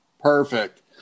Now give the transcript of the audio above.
perfect